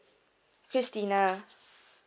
christina